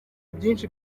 byinshi